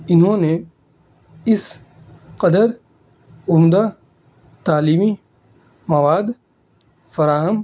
انہوں نے اس قدر عمدہ تعلیمی مواد فراہم